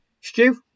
Stu